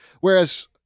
Whereas